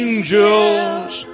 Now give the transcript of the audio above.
angels